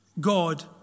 God